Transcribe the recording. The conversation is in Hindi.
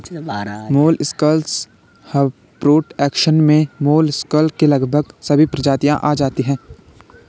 मोलस्कस प्रोडक्शन में मोलस्कस की लगभग सभी प्रजातियां आ जाती हैं